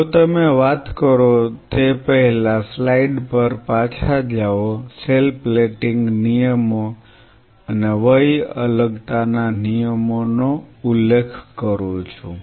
જો તમે વાત કરો તે પહેલા સ્લાઇડ પર પાછા જાઓ સેલ પ્લેટિંગ નિયમો અને વય અલગતાના નિયમોનો ઉલ્લેખ કરું છું